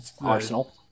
Arsenal